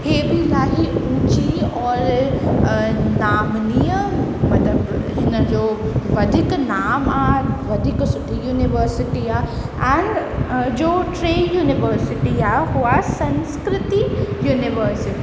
ही बि इलाही ऊची और नामचीन क़दम हिन जो वधीक नाम आहे वधीक सुठी युनिवर्सिटी आहे और जो टे युनिवर्सिटी आहे हू आहे संस्कृति युनिवर्सिटी